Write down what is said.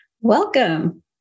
Welcome